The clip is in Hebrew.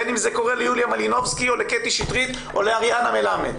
בין אם זה קורה ליוליה מלינובסקי או לקטי שטרית או לאריאנה מלמד.